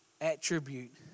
attribute